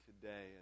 today